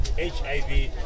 HIV